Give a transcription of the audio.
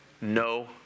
no